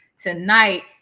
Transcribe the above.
tonight